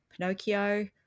Pinocchio